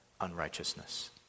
unrighteousness